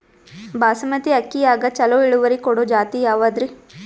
ಬಾಸಮತಿ ಅಕ್ಕಿಯಾಗ ಚಲೋ ಇಳುವರಿ ಕೊಡೊ ಜಾತಿ ಯಾವಾದ್ರಿ?